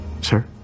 Sir